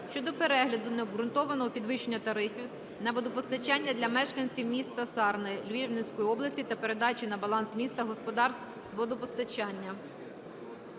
щодо перегляду необґрунтовано підвищених тарифів на водопостачання для мешканців м. Сарни Рівненської області та передачі на баланс міста господарств з водопостачання.